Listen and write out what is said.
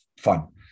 fun